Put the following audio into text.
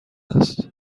است